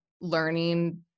learning